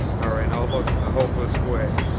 are in almost a hopeless way.